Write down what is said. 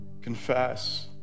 Confess